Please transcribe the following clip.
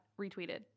retweeted